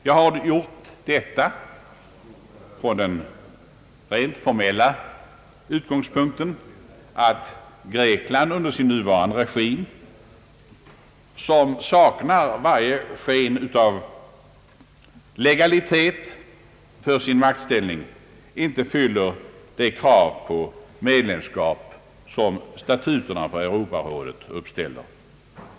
Jag har gjort detta från den rent formella utgångspunkten att Grekland under sin nuvarande regim, som saknar varje sken av legalitet för sin maktställning, inte fyller de krav för medlemskap som statuterna för Europarådet uppställer.